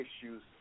issues